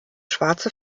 schwarze